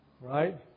right